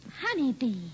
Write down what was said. Honeybee